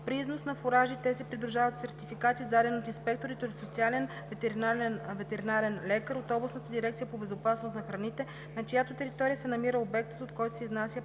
При износ на фуражи те се придружават със сертификат, издаден от инспектор или от официален ветеринарен лекар от областната дирекция по безопасност на храните, на чиято територия се намира обектът, от който се изнася